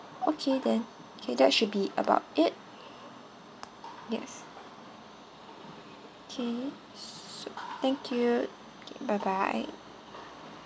okay then okay that should be about it yes okay thank you bye bye